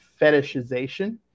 fetishization